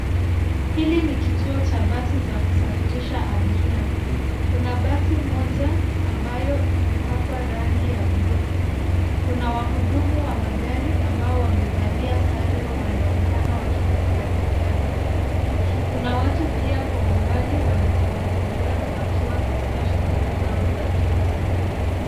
Hili ni kituo cha basi za kusafirisha abiria. Kuna basi moja ambayo imepakwa rangi ya bluu. Kuna wahudumu wa magari ambao wamevalia sare wanaonekana wakitembea tembea. Kuna watu pia kwa umbali wanatembea tembea wakiwa katika shughuli zao za kila siku.